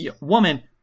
woman